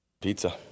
pizza